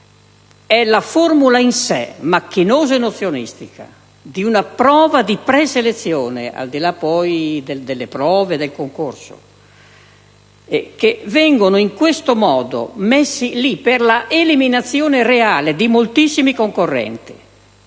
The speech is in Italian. la formula in sé, macchinosa e nozionistica, di una prova di preselezione, al di là poi delle prove del concorso, che viene impiegata per la eliminazione reale di moltissimi concorrenti.